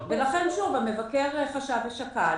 ולכן המבקר חשב ושקל